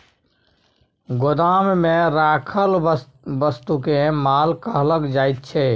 गोदाममे राखल वस्तुकेँ माल कहल जाइत छै